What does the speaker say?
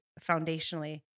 foundationally